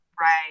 Right